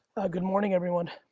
good morning everyone,